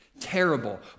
terrible